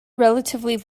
relatively